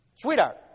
sweetheart